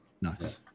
Nice